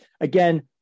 Again